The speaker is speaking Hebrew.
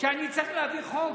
שאני צריך להביא חוק,